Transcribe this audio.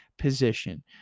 position